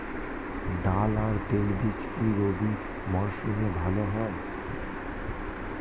ডাল আর তৈলবীজ কি রবি মরশুমে ভালো হয়?